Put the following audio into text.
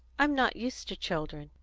i'm not used to children,